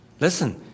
listen